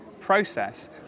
process